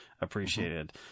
appreciated